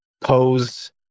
pose